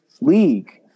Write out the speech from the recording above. League